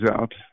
out